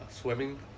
swimming